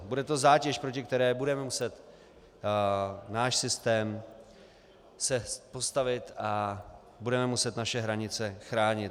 Bude to zátěž, proti které bude muset náš systém se postavit a budeme muset naše hranice chránit.